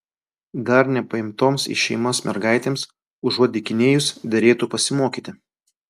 dar nepaimtoms į šeimas mergaitėms užuot dykinėjus derėtų pasimokyti